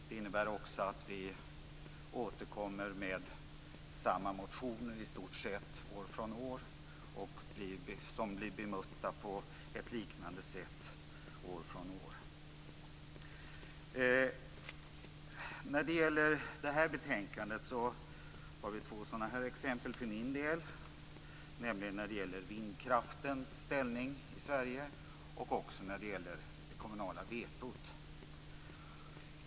Det innebär också att vi återkommer med samma motioner i stort sett år från år, som blir bemötta på ett liknande sätt år från år. När det gäller det här betänkandet finns det för min del två sådana exempel, nämligen i fråga om vindkraftens ställning i Sverige och i fråga om det kommunala vetot.